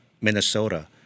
Minnesota